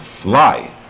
fly